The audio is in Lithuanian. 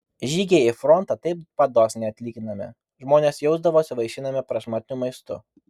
žygiai į frontą taip pat dosniai atlyginami žmonės jausdavosi vaišinami prašmatniu maistu